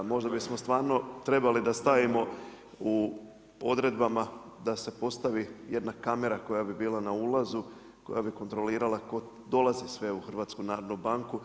Možda bismo stvarno trebali da stavimo u odredbama da se postavi jedna kamera koja bi bila na ulazu koja bi kontrolirala tko dolazi sve u HNB.